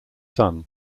son